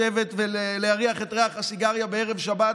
לשבת ולהריח את ריח הסיגריה בערב שבת